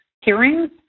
hearings